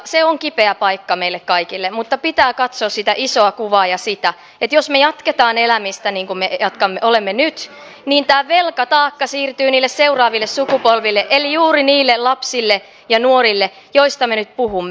se on kipeä paikka meille kaikille mutta pitää katsoa sitä isoa kuvaa ja sitä että jos me jatkamme elämistä niin kuin nyt niin tämä velkataakka siirtyy niille seuraaville sukupolville eli juuri niille lapsille ja nuorille joista me nyt puhumme